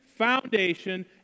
foundation